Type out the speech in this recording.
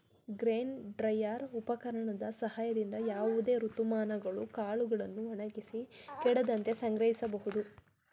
grain dryer ಉಪಕರಣದ ಸಹಾಯದಿಂದ ಯಾವುದೇ ಋತುಮಾನಗಳು ಕಾಳುಗಳನ್ನು ಒಣಗಿಸಿ ಕೆಡದಂತೆ ಸಂಗ್ರಹಿಸಿಡಬೋದು